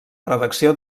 redacció